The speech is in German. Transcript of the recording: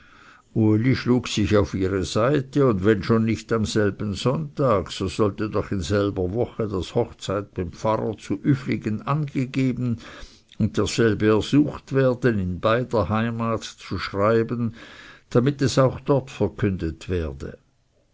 schlug sich auf ihre seite und wenn schon nicht selben sonntag so sollte doch in selber woche das hochzeit beim pfarrer zu üfligen angegeben und derselbe ersucht werden in beider heimat zu schreiben damit es auch dort verkündet werde